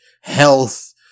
health